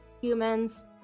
humans